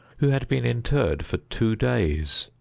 who had been interred for two days.